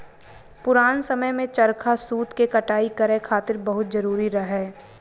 पुरान समय में चरखा सूत के कटाई करे खातिर बहुते जरुरी रहे